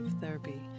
therapy